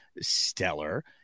stellar